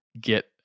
get